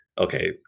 okay